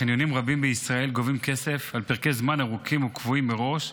חניונים רבים בישראל גובים כסף על פרקי זמן ארוכים וקבועים מראש,